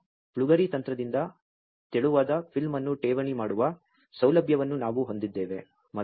ಆದ್ದರಿಂದ ಫ್ಲುಗರಿ ತಂತ್ರದಿಂದ ತೆಳುವಾದ ಫಿಲ್ಮ್ ಅನ್ನು ಠೇವಣಿ ಮಾಡುವ ಸೌಲಭ್ಯವನ್ನು ನಾವು ಹೊಂದಿದ್ದೇವೆ